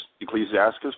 Ecclesiastes